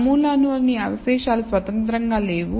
నమూనాలోని అవశేషాలు స్వతంత్రంగా లేవు